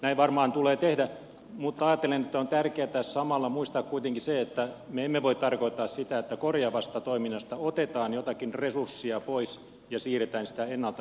näin varmaan tulee tehdä mutta ajattelen että on tärkeää tässä samalla muistaa kuitenkin se että me emme voi tarkoittaa sitä että korjaavasta toiminnasta otetaan jotakin resurssia pois ja siirretään sitä ennalta ehkäisevään